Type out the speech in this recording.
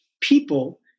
people